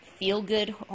feel-good